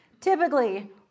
Typically